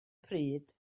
pryd